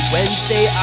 Wednesday